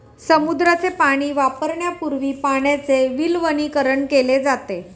समुद्राचे पाणी वापरण्यापूर्वी पाण्याचे विलवणीकरण केले जाते